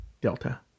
Delta